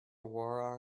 war